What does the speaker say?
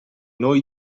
noi